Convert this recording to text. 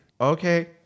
okay